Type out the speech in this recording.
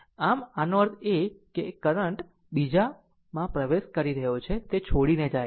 આમ એનો અર્થ એ કે એક કરંટ બીજામાં પ્રવેશ કરી રહ્યો છે તે છોડીને જાય છે